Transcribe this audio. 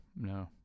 No